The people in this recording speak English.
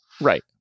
right